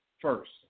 first